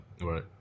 Right